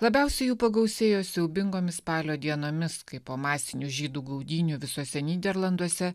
labiausiai jų pagausėjo siaubingomis spalio dienomis kai po masinių žydų gaudynių visose nyderlanduose